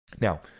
Now